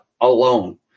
alone